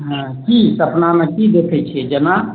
हँ की सपनामे की देखैत छियै जेना